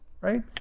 right